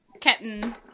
Captain